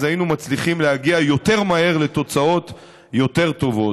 אז היינו מצליחים להגיע יותר מהר לתוצאות יותר טובות.